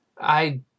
I